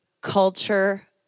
culture